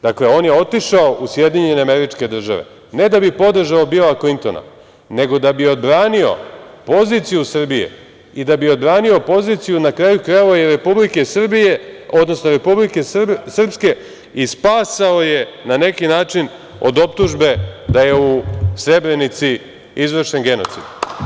Dakle, on je otišao u SAD, ne da bi podržao Bila Klintona, nego da bi odbranio poziciju Srbije i da bi odbranio poziciju, na kraju krajeva i Republike Srbije, odnosno Republike Srpske i spasao je na neki način od optužbe da je u Srebrenici izvršen genocid.